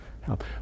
help